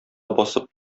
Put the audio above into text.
басып